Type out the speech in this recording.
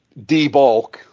debulk